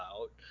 out